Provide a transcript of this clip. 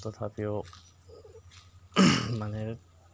তথাপিও মানে